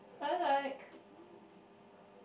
I like hmm